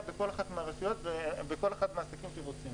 בכל אחת מהרשויות ובכל אחד מהעסקים שרוצים.